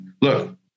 Look